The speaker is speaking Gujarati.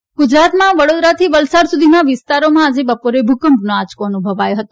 ભકંપ ગુજરાતમાં વડોદરાથી વલસાડ સુધીના વિસ્તારોમાં આજે બપોરે ભૂકંપનો આંચકો અનુભવાયો હતો